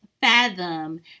fathom